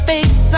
face